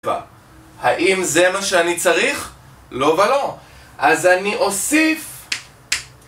האם זה מה שאני צריך? לא ולא. אז אני אוסיף...